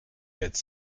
quatre